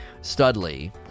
Studley